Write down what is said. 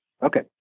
okay